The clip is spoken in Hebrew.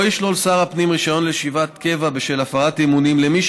לא ישלול שר הפנים רישיון לישיבת קבע בשל הפרת אמונים למי